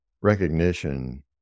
recognition